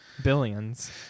billions